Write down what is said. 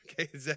Okay